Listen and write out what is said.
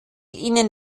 ihnen